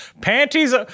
Panties